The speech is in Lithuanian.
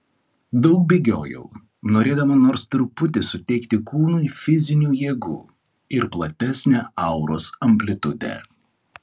daug bėgiojau norėdama nors truputį suteikti kūnui fizinių jėgų ir platesnę auros amplitudę